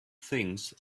things